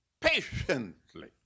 Patiently